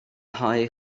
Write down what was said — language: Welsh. nghae